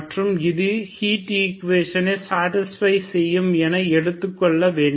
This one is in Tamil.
மற்றும் இது ஹீட் ஈக்குவேஷனை சடிஸ்பை செய்யும் என எடுத்துக்கொள்ள வேண்டும்